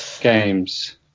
games